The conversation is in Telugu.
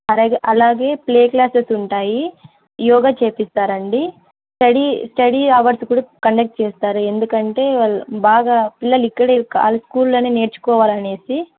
అలాగే అలాగే ప్లే క్లాసెస్ ఉంటాయి యోగా చేపిస్తారండి స్టడీ స్టడీ అవర్స్ కూడా కండక్ట్ చేస్తారు ఎందుకంటే వాళ్ళు బాగా పిల్లలు ఇక్కడ వాళ్ళు స్కూల్ల్లోనే నేర్చుకోవాలనేసి